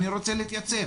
אני רוצה להתייצב.